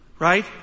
Right